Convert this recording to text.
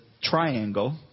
triangle